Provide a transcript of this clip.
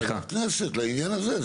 ועדת כנסת לעניין הזה.